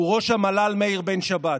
הוא ראש המל"ל מאיר בן שבת.